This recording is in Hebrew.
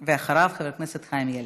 ואחריו, חבר הכנסת חיים ילין.